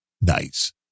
Nice